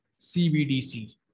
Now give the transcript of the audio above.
CBDC